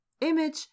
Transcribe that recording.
Image